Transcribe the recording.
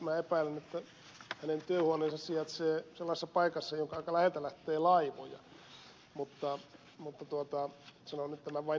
minä epäilen että hänen työhuoneensa sijaitsee sellaisessa paikassa jonka aika läheltä lähtee laivoja mutta sanon nyt tämän vain näin jotta en kärjistäisi liikaa